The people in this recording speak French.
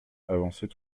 avançait